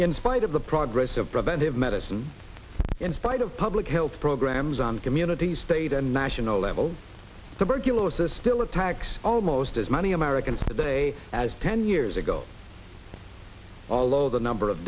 in spite of the progress of preventive medicine in spite of public health programs on community state and national level tuberculosis still attacks almost as many americans today as ten years ago although the number of